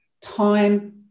time